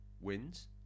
wins